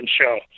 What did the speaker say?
show